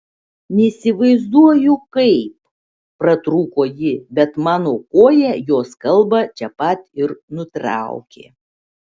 neįsivaizduoju kaip pratrūko ji bet mano koja jos kalbą čia pat ir nutraukė